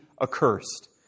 accursed